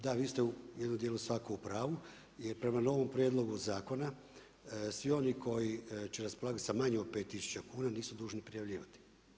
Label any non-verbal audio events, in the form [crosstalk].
Da, vi ste u jednom dijelu … [unintelligible] u pravu jer prema novom prijedlogu zakona, svi oni koji će raspolagati na manje od 5000 kuna nisu dužni prijavljivati.